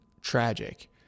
tragic